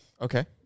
okay